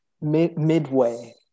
Midway